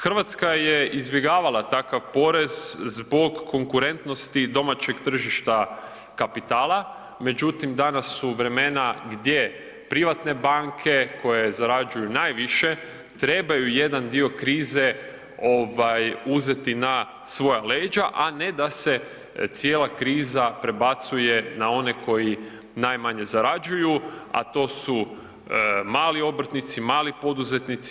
Hrvatska je izbjegavala takav porez zbog konkurentnosti domaćeg tržišta kapitala, međutim danas su vremena gdje privatne banke koje zarađuju najviše, trebaju jedan dio krize uzeti na svoja leđa, a ne da se cijela kriza prebacuje na one koji najmanje zarađuju, a to su mali obrtnici, mali poduzetnici.